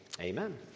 amen